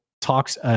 talks